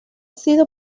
sido